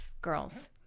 girls